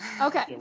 Okay